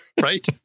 Right